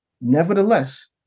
Nevertheless